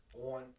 on